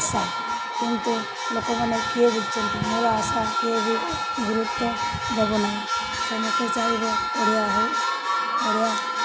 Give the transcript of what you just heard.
ଆଶା କିନ୍ତୁ ଲୋକମାନେ କିଏ ବି ଆଶା କିଏ ବି ଗୁରୁତ୍ୱ ଦେବେ ନାହିଁ ଚାହିଁବ ଓଡ଼ିଆ ହିଁ ଓଡ଼ିଆ